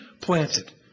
planted